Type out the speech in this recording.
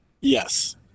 Yes